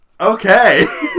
Okay